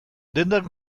dendak